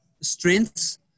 strengths